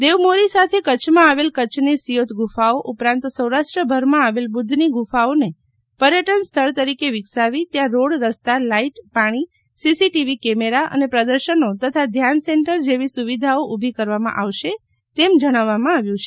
દેવ ની મોરી સાથે કરછમાં આવેલ કરછની સિયોત ગુફાઓ ઉપરાંત સૌરાષ્ટ્ર ભરમાં આવેલ બુદ્ધની ગુફાઓને પર્યટન સ્થળ તરીકે વિકસાવી ત્યાં રોડ રસ્તાલાઈટપાણી સીસીટીવી કેમેરા અને પ્રદર્શેન તથા ધ્યાન સેન્ટર જેવી સુવિધાઓ ઉભી કરવામાં આવશે તેમ જણાવવામાં આવ્યું છે